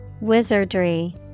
Wizardry